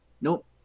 Nope